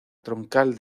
troncal